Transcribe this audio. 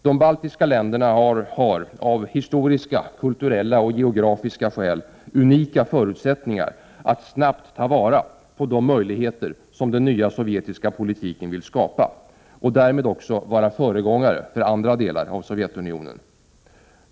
De baltiska länderna har av historiska, kulturella och geografiska skäl unika förutsättningar att snabbt ta vara på de möjligheter som den nya sovjetiska politiken vill skapa och därmed också vara föregångare för andra delar av Sovjetunionen.